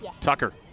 Tucker